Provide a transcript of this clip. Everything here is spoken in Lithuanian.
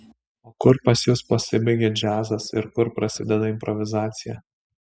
o kur pas jus pasibaigia džiazas ir kur prasideda improvizacija